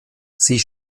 sie